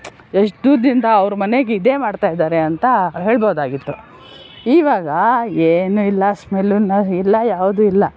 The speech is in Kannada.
ಎಷ್ಟು ದೂರದಿಂದ ಅವರ ಮನೆಗೆ ಇದೇ ಮಾಡ್ತಾಯಿದ್ದಾರೆ ಅಂತ ಹೇಳ್ಬೋದಾಗಿತ್ತು ಇವಾಗ ಏನು ಇಲ್ಲ ಸ್ಮೆಲ್ಲುನು ಇಲ್ಲ ಯಾವುದೂ ಇಲ್ಲ